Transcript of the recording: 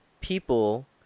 people